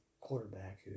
quarterback